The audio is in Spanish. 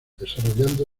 desarrollando